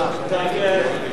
נתקבלה.